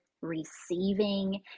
receiving